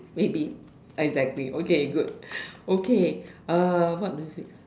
maybe exactly okay good okay what do we